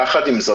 עם זאת,